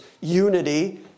unity